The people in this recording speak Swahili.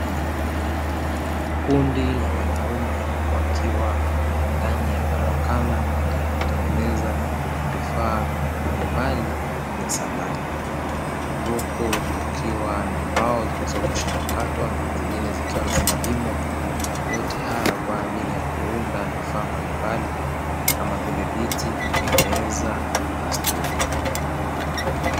Kundi la wanaume wakiwa ndani ya karakana ya kutengeneza vifaa mbalimbali vya samani huku kukiwa na mbao zilizokwisha kukatwa zingine zikiwa zinapimwa, yote haya kwa ajili ya kuunda vifaa mbalimbali kama vile: viti, meza na stuli.